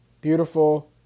Beautiful